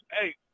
hey